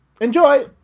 enjoy